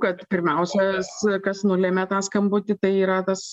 kad pirmiausias kas nulėmė tą skambutį tai yra tas